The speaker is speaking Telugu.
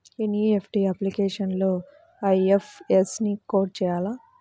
ఎన్.ఈ.ఎఫ్.టీ అప్లికేషన్లో ఐ.ఎఫ్.ఎస్.సి కోడ్ వేయాలా?